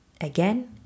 Again